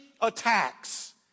attacks